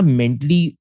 mentally